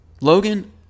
Logan